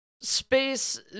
Space